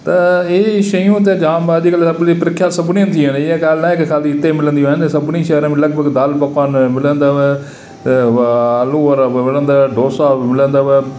त ई शयूं त जाम अॼुकल्ह सभिनी प्रख्यात सभिनी हंधु थी पेई आहे इहा ॻाल्हि नाहे कि ख़ाली हिते मिलंदियूं आहिनि सभिनी शहर में लॻभॻि दालि पकवान मिलंदव आलू वड़ा मिलंदव डोसा मिलंदव